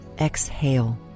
exhale